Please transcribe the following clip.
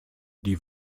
die